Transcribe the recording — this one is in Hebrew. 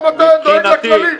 פתאום אתה דואג לכללים.